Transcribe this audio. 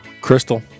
Crystal